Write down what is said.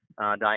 Diane